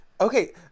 Okay